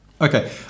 Okay